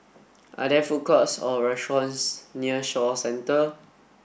are there food courts or restaurants near Shaw Centre